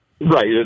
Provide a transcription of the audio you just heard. right